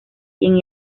quien